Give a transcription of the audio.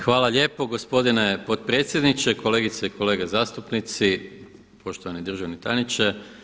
Hvala lijepo gospodine potpredsjedniče, kolegice i kolege zastupnici, poštovani državni tajniče.